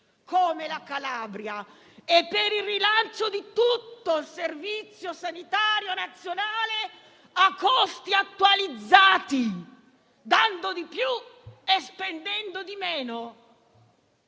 come la Calabria e per il rilancio di tutto il Servizio sanitario nazionale a costi attualizzati, dando di più e spendendo di meno.